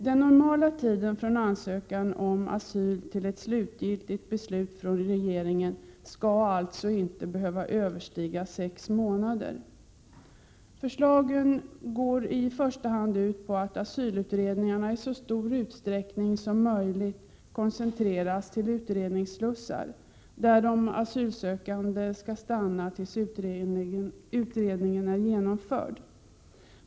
Den normala tiden från ansökan om asyl till ett slutgiltigt beslut från regeringen skall alltså inte behöva överstiga sex månader. Förslagen går i första hand ut på att asylutredningarna i så stor utsträckning som möjligt koncentreras till utredningsslussar där de asylsökande skall stanna tills utredningen är genomförd.